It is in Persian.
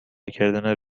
کردن